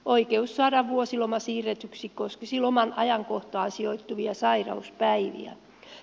oikeus saada vuosiloma siirretyksi koskisi loman ajankohtaan sijoittuvia sairauspäiviä